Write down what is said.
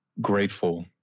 grateful